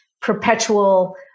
perpetual